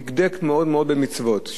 ודקדק מאוד מאוד במצוות.